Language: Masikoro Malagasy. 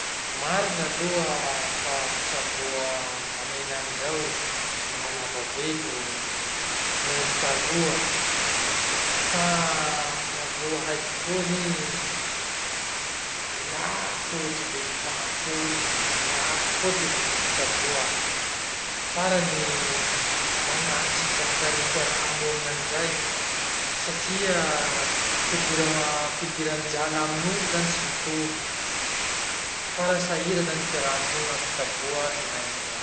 Marina aloha fa fitsaboa amy henany zao maha lava velo nohon'ny taloha. Fa mahavoa azy koa anie, lafo ty vilin'ny fanafody, lafo koa ty vilin'ny fitsaboa. Farany manaly tsy zakan'ny fiarahamonina amizay satria fidira- fidiran-jala amin'olo zany tsy mitovy. Farany sahira zany fiarahamonina amy fitsaboa henany zao.